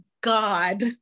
God